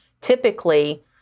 Typically